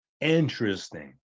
Interesting